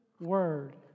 word